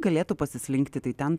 galėtų pasislinkti tai ten